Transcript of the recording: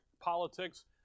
politics